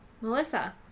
Melissa